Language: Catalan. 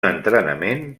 entrenament